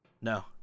No